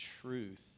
truth